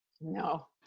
No